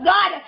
God